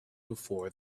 before